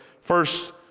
first